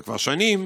וכבר שנים